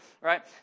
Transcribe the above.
right